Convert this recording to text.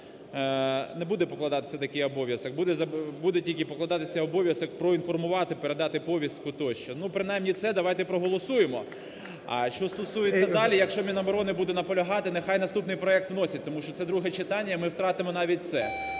не буде покладатися такий обов'язок, буде тільки покладатися обов'язок проінформувати, передати повістку, тощо. Ну, принаймні, це давайте проголосуємо. А що стосується далі, якщо Міноборони буде наполягати, нехай наступний законопроект вносять, тому що це друге читання. Ми втратимо навіть це.